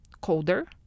colder